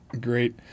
great